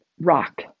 rock